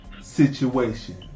situation